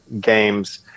Games